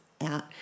out